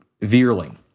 Veerling